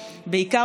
כן.